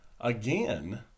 again